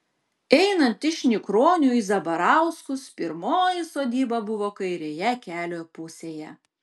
einant iš nikronių į zabarauskus pirmoji sodyba buvo kairėje kelio pusėje